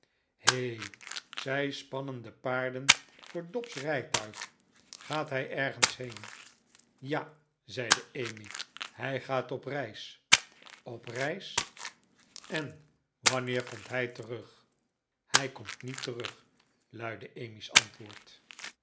he zij spannen de paarden voor dobs rijtuig gaat hij ergens heen ja zeide emmy hij gaat op reis op reis en wanneer komt hij terug hij komt niet terug luidde emmy's antwoord